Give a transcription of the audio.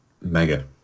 mega